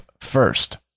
first